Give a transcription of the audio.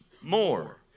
more